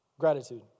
gratitude